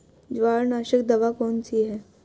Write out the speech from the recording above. जवारनाशक दवा कौन सी है?